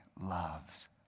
loves